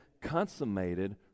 consummated